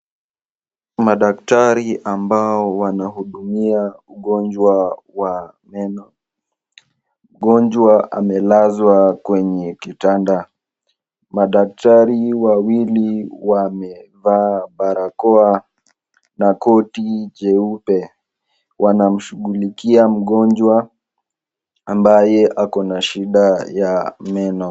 Madktari ambao wanahudumia mgonjwa wa meno. Mgonjwa amelazwa kwenye kitanda. Madaktari wawili wamevaa barakoa na koti jeupe. Wanamshughulikia mgonjwa ambaye ako na shida ya meno.